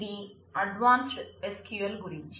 ఇది advanced SQL గురించి